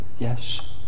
Yes